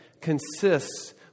consists